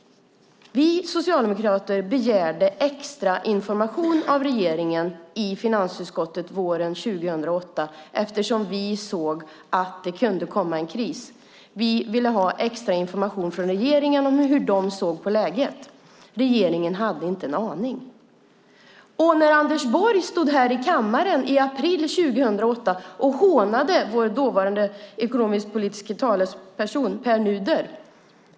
Vi socialdemokrater begärde extra information av regeringen i finansutskottet våren 2008, eftersom vi såg att det kunde komma en kris. Vi ville ha extra information från regeringen om hur den såg på läget. Regeringen hade inte en aning. Anders Borg stod här i kammaren i april 2008 och hånade vår dåvarande ekonomisk-politiske talesperson Pär Nuder.